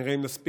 נראה אם נספיק.